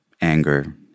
anger